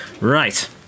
Right